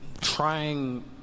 trying